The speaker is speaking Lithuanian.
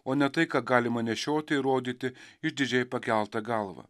o ne tai ką galima nešioti ir rodyti išdidžiai pakelta galva